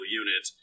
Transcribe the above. unit